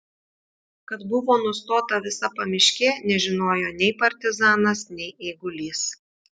kad buvo nustota visa pamiškė nežinojo nei partizanas nei eigulys